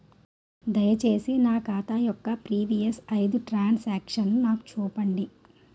దయచేసి నా ఖాతా యొక్క ప్రీవియస్ ఐదు ట్రాన్ సాంక్షన్ నాకు చూపండి